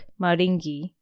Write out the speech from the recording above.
Maringi